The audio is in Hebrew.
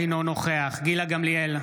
אינו נוכח גילה גמליאל,